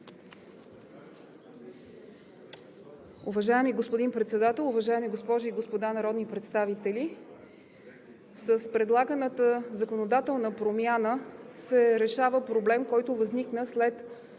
Уважаеми господин Председател, уважаеми госпожи и господа народни представители! С предлаганата законодателна промяна се решава проблем, който възникна след